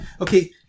Okay